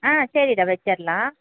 ஆ சரிடா வச்சர்லாம்